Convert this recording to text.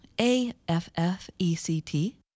A-F-F-E-C-T